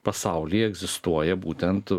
pasaulyje egzistuoja būtent